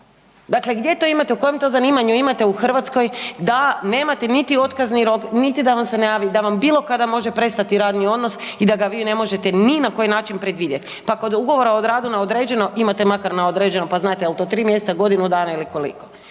Dakle, gdje to imate u kojem to zanimanju imate u Hrvatskoj da nemate niti otkazni rok, niti da vam se ne javi da vam bilo kada može prestati radni odnos i da ga vi ne možete ni na koji način predvidjet? Pa kod ugovora o radu na određeni imate makar na određeno pa znate jel to tri mjeseca, godinu dana ili koliko.